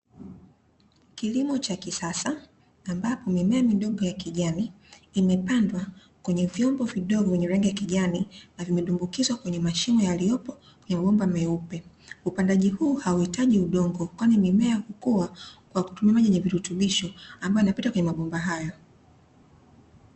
Kilimo cha kisasa ambapo mimea midogo ya kijani imepandwa kwenye vyombo vidogo vyenye rangi ya kijani na vimedumbukizwa kwenye mashimo yaliyopo kwenye mabomba meupe. Upandaji huu hauhitaji udongo kwani mimea hukua kwa kutumia maji yenye virutubisho ambayo yanapita kwenye mabomba hayo.